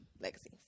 legacy